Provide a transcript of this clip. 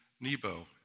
Nebo